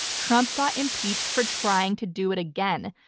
trump got impeached for trying to do it again.